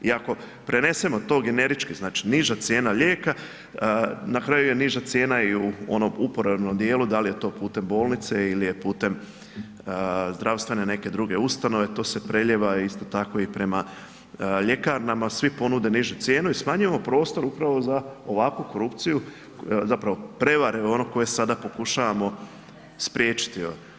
I ako prenesemo tog generički, znači, niža cijena lijeka, na kraju je niža cijena i u onom uporednom dijelu, da li je to putem bolnice ili je putem zdravstvene neke druge ustanove, to se prelijeva isto tako, i prema ljekarnama, svi ponude nižu cijenu i smanjujemo prostor upravo za ovakvu korupciju, zapravo, prevare koje sada pokušavamo spriječiti.